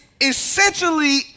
essentially